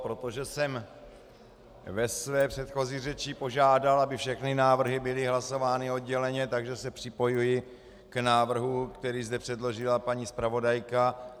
Protože jsem ve své předchozí řeči požádal, aby všechny návrhy byly hlasovány odděleně, připojuji se k návrhu, který zde předložila paní zpravodajka.